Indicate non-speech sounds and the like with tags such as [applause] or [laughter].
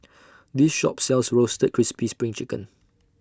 [noise] This Shop sells Roasted Crispy SPRING Chicken